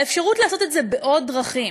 האפשרות לעשות את זה בעוד דרכים,